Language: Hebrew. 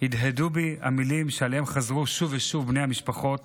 הדהדו בי המילים שעליהן חזרו שוב ושוב בני המשפחות